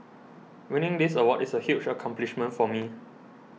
winning this award is a huge accomplishment for me